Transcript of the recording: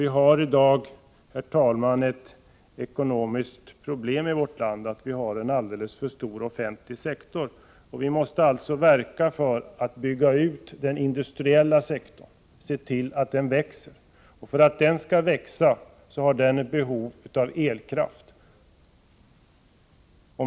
Vi hari dag, herr talman, ett ekonomiskt problem i vårt land, nämligen att vi håller oss med en alldeles för stor offentlig sektor. Vi måste verka för att bygga ut den industriella sektorn, se till att den växer. För att den skall kunna växa har den behov av elkraft.